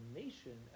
nation